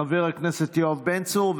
חבר הכנסת יואב בן צור,